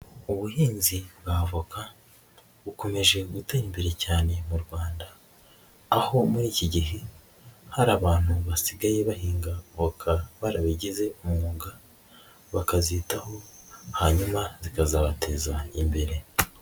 Ubuhinzi bwa avoka bukomeje gutera imbere cyane mu Rwanda, aho muri iki gihe hari abantu basigaye bahinga voka barabigize umwuga, bakazitaho hanyuma zikazabateza imbere.